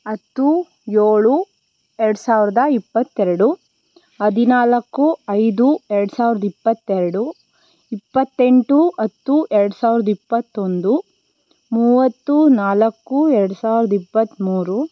ಹತ್ತು ಏಳು ಎರಡು ಸಾವಿರದ ಇಪ್ಪತ್ತೆರಡು ಹದಿನಾಲ್ಕು ಐದು ಎರಡು ಸಾವಿರದ ಇಪ್ಪತ್ತೆರಡು ಇಪ್ಪತ್ತೆಂಟು ಹತ್ತು ಎರಡು ಸಾವಿರದ ಇಪ್ಪತ್ತೊಂದು ಮೂವತ್ತು ನಾಲ್ಕು ಎರಡು ಸಾವಿರದ ಇಪ್ಪತ್ಮೂರು